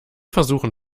versuchen